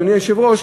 אדוני היושב-ראש,